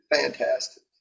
fantastic